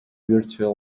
virtue